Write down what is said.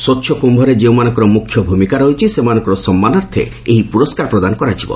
ସ୍ୱଚ୍ଛ କ୍ୟୁରେ ଯେଉଁମାନଙ୍କର ମୁଖ୍ୟ ଭୂମିକା ରହିଛି ସେମାନଙ୍କ ସମ୍ମାନାର୍ଥେ ଏହି ପୁରସ୍କାର ପ୍ରଦାନ କରାଯିବ